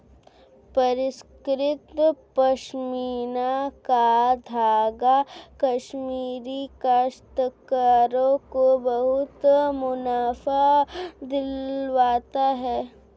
परिष्कृत पशमीना का धागा कश्मीरी काश्तकारों को बहुत मुनाफा दिलवाता है